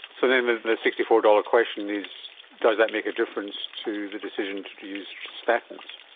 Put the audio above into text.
so then the sixty four dollars question is does that make a difference to the decision to to use statins?